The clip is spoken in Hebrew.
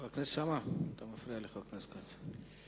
חבר הכנסת שאמה, אתה מפריע לחבר הכנסת כץ.